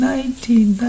Nineteen